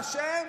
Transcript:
אתה אשם.